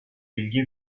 bilgi